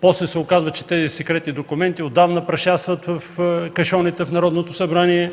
после се оказва, че тези секретни документи отдавна прашлясват в кашони в Народното събрание.